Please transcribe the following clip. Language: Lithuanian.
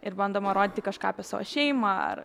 ir bandoma rodyti kažką apie savo šeimą ar